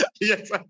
Yes